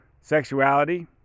sexuality